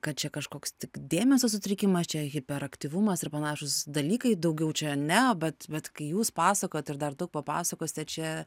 kad čia kažkoks tik dėmesio sutrikimas čia hiperaktyvumas ir panašūs dalykai daugiau čia ne bet bet kai jūs pasakojat ir dar daug papasakosite čia